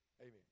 Amen